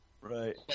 Right